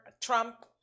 Trump